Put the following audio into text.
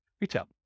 retail